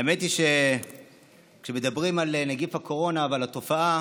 האמת היא שכשמדברים על נגיף הקורונה ועל התופעה